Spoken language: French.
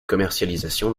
commercialisation